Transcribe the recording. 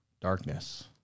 darkness